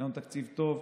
יהיה לנו תקציב טוב,